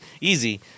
easy